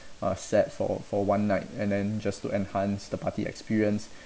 uh set for for one night and then just to enhance the party experience